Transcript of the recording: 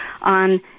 on